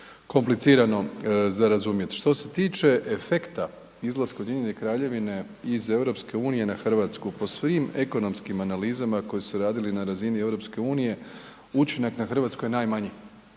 komplicirano za razumjet. Što se tiče efekta izlaska Ujedinjene Kraljevine iz EU-a na Hrvatsku, po svim ekonomskim analizama koje su radili na razini EU-a, učinak na Hrvatsku je najmanji